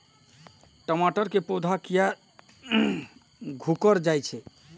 टमाटर के पौधा किया घुकर जायछे?